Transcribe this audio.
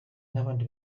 n’abandi